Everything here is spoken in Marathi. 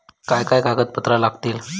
काय काय कागदपत्रा लागतील?